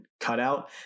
cutout